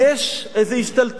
יש איזו השתלטות